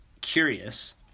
curious